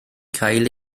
cael